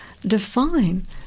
define